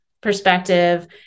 perspective